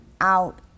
out